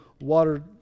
water